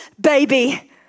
baby